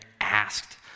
asked